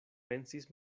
pensis